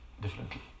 differently